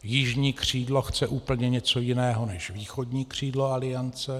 Jižní křídlo chce úplně něco jiného než východní křídlo Aliance.